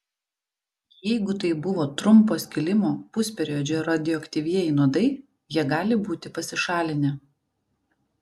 jeigu tai buvo trumpo skilimo pusperiodžio radioaktyvieji nuodai jie gali būti pasišalinę